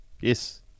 Yes